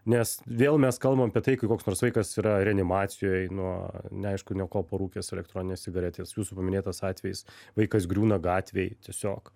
nes vėl mes kalbam apie tai kai koks nors vaikas yra reanimacijoj nu neaišku net ko parūkęs elektroninės cigaretės jūsų paminėtas atvejis vaikas griūna gatvėj tiesiog